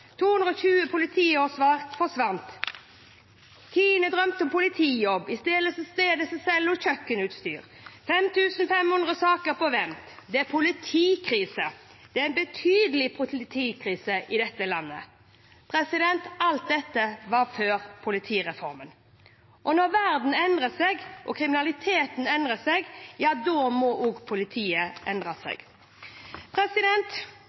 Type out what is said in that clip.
220 politiårsverk forsvant. Kine drømte om politijobb – i stedet selger hun kjøkkenutstyr. 5 500 saker på vent. Det er politikrise. Det er en betydelig politikrise i dette landet. – Alt dette var før politireformen. Når verden endrer seg og kriminaliteten endrer seg, ja da må også politiet endre